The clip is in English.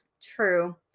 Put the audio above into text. True